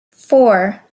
four